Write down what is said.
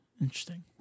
Interesting